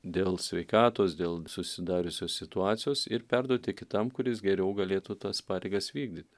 dėl sveikatos dėl susidariusios situacijos ir perduoti kitam kuris geriau galėtų tas pareigas vykdyti